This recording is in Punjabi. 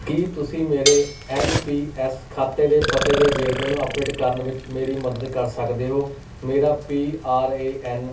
ਕੀ ਤੁਸੀਂ ਮੇਰੇ ਐਨ ਪੀ ਐੱਸ ਖਾਤੇ ਦੇ ਪਤੇ ਦੇ ਵੇਰਵੇ ਨੂੰ ਅਪਡੇਟ ਕਰਨ ਵਿੱਚ ਮੇਰੀ ਮਦਦ ਕਰ ਸਕਦੇ ਹੋ ਮੇਰਾ ਪੀ ਆਰ ਏ ਐੱਨ